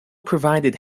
provided